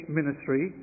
ministry